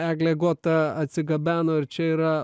eglė agota atsigabeno ir čia yra